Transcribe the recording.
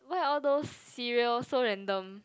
why are all those cereal so random